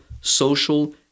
social